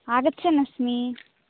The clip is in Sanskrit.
आगच्छन् अस्मि